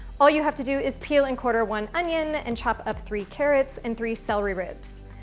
all you have to do is peel and quarter one onion and chop up three carrots and three celery ribs.